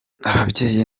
ababyeyi